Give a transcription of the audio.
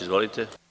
Izvolite.